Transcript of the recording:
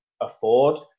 afford